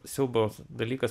siaubo dalykas